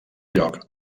lloc